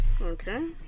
Okay